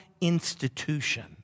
institution